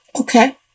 Okay